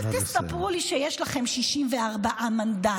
אל תספרו לי שיש לכם 64 מנדטים,